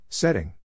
Setting